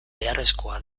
beharrezkoa